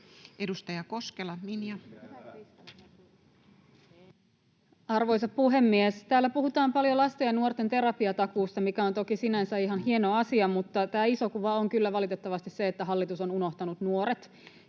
10:49 Content: Arvoisa puhemies! Täällä puhutaan paljon lasten ja nuorten terapiatakuusta, mikä on toki sinänsä ihan hieno asia, mutta tämä iso kuva on kyllä valitettavasti se, että hallitus on unohtanut nuoret.